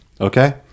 okay